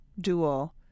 dual